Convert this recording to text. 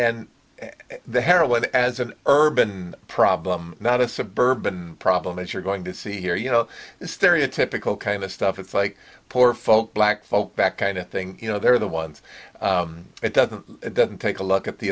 or the heroin as an urban problem not a suburban problem if you're going to see here you know stereotypical kind of stuff it's like poor folk black folk back kind of thing you know they're the ones it doesn't it doesn't take a look at the